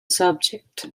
subject